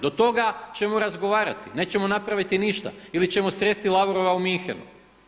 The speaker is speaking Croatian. Do toga ćemo razgovarati, nećemo napraviti ništa ili ćemo sresti Lavrova u Münchenu.